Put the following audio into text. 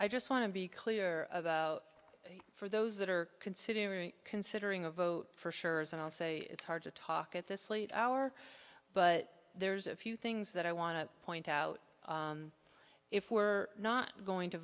i just want to be clear for those that are considering considering a vote for sure and i'll say it's hard to talk at this late hour but there's a few things that i want to point out if we're not going to